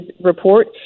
report